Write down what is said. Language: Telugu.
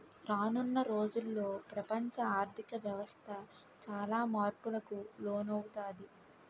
రానున్న రోజుల్లో ప్రపంచ ఆర్ధిక వ్యవస్థ చాలా మార్పులకు లోనవుతాది